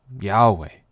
Yahweh